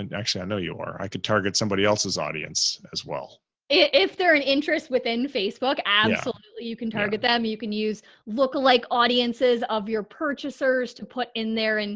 and actually, i know you are. i can target somebody else's audience as well if they're an interest within facebook. absolutely you can target them. you can use lookalike audiences of your purchasers to put in there. and